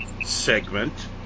segment